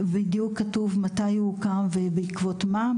בדיוק כתוב מתי הוא הוקם ובעקבות מה.